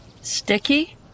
sticky